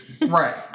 Right